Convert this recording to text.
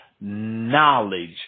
knowledge